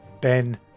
Ben